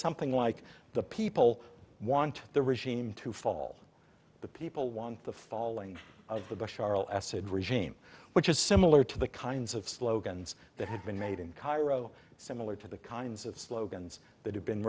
something like the people want the regime to fall the people want the falling of the bashar al assad regime which is similar to the kinds of slogans that have been made in cairo similar to the kinds of slogans that have been